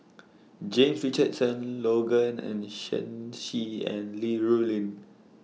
James Richardson Logan and Shen Xi and Li Rulin